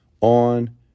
on